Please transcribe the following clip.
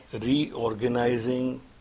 reorganizing